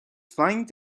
flying